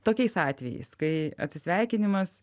tokiais atvejais kai atsisveikinimas